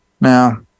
Now